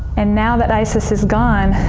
and now that isis is gone,